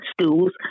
schools